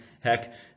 Heck